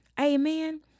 Amen